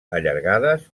allargades